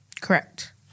Correct